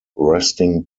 resting